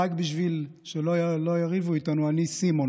רק בשביל שלא לא יריבו איתנו: אני סימון,